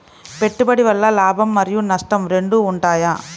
పెట్టుబడి వల్ల లాభం మరియు నష్టం రెండు ఉంటాయా?